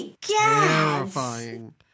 terrifying